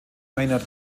maynard